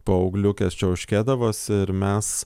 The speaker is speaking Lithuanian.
paaugliukės čiauškėdavos ir mes